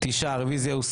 9 נמנעים,